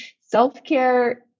Self-care